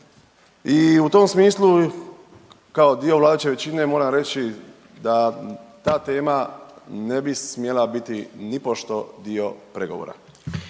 I u tom smislu kao dio vladajuće većine moram reći da tema ne bi smjela biti nipošto dio pregovora.